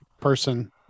person